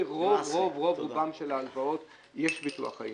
לרוב רוב רובן של ההלוואות יש ביטוח חיים.